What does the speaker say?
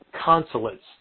consulates